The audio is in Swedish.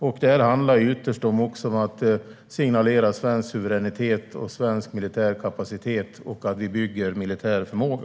Ytterst handlar det om att signalera svensk suveränitet och svensk militär kapacitet och att vi bygger militär förmåga.